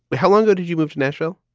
how long ago did you move to nashville?